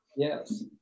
Yes